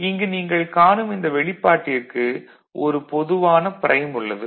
இங்கு நீங்கள் காணும் இந்த வெளிப்பாட்டிற்கு ஒரு பொதுவான ப்ரைம் உள்ளது